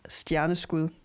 stjerneskud